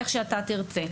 איך שאתה תרצה,